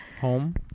home